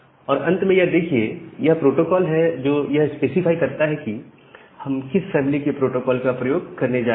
और अंत में यह देखिए यह प्रोटोकॉल है जो यह स्पेसिफाई करता है कि हम किस फैमिली के प्रोटोकॉल का प्रयोग करने जा रहे हैं